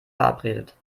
verabredet